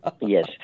Yes